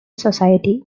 society